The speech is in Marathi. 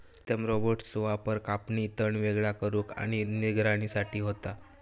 प्रीतम रोबोट्सचो वापर कापणी, तण वेगळा करुक आणि निगराणी साठी होता